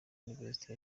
university